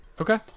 okay